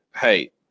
Hey